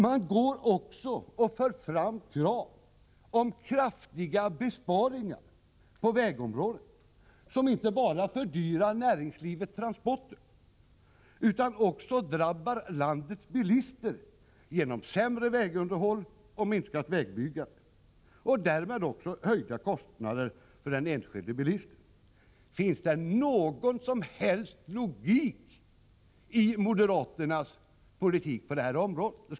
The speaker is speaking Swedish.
Moderaterna ställer också krav på kraftiga besparingar på vägområdet, besparingar som inte bara innebär fördyringar för näringslivets transporter utan också drabbar landets bilister genom sämre vägunderhåll och minskat vägbyggande samt därmed höjda kostnader för enskilda bilister. Finns det någon som helst logik i moderaternas politik på detta område?